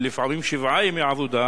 ולפעמים שבעה ימי עבודה,